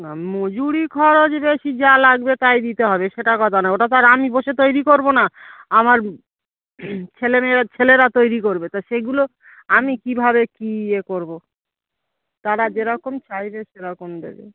না মজুরি খরচ বেশি যা লাগবে তাই দিতে হবে সেটা কথা না ওটা তো আর আমি বসে তৈরি করবো না আমার ছেলে মেয়েরা ছেলেরা তৈরি করবে তো সেগুলো আমি কীভাবে কী ইয়ে করবো তারা যেরকম সাইজের সেরকম দেবে